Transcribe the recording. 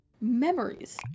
memories